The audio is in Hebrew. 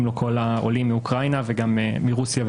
לו כל העולים מאוקראינה וגם מרוסיה ומבלארוס.